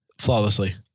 Flawlessly